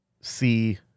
see